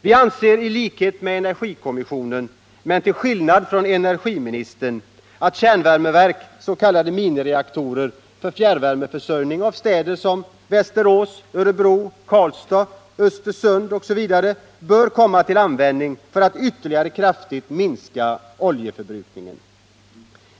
Vi anser i likhet med energikommissionen men till skillnad från energiministern att kärnvärmeverk, s.k. minireaktorer, för fjärrvärmeförsörjning av städer som Västerås, Örebro, Karlstad, Östersund osv. bör komma till användning för att ytterligare kraftigt minska oljeförbrukningen.